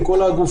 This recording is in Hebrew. עם כל הגופים,